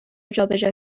جابجا